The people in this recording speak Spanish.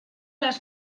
las